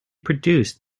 produced